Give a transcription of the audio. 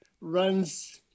runs